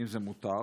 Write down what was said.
והאם זה מותר?